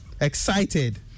Excited